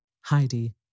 Heidi